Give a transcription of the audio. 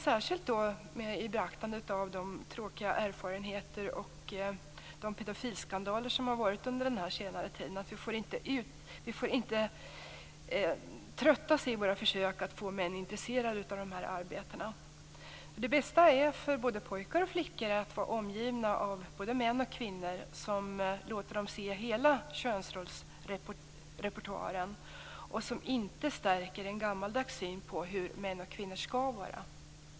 Särskilt med beaktande av de tråkiga erfarenheter och pedofilskandaler som varit under senare tid, gäller det att vi inte tröttas i våra försök att få män intresserade av de arbetena. Det bästa för både pojkar och flickor är att vara omgivna av både män och kvinnor, som låter dem se hela könsrollsrepertoaren och som inte stärker en gammaldags syn på hur män och kvinnor skall vara.